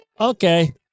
Okay